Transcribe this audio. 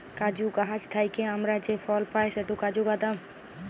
কাজু গাহাচ থ্যাইকে আমরা যে ফল পায় সেট কাজু বাদাম